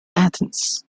athens